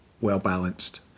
well-balanced